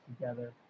together